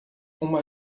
uma